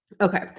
Okay